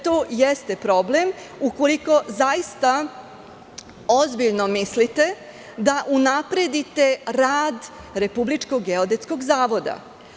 To jeste problem ukoliko zaista mislite da unapredite rad Republičkog geodetskog zavoda.